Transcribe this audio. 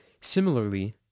similarly